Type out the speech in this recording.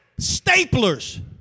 staplers